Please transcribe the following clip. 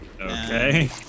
Okay